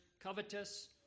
covetous